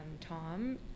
tom